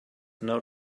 now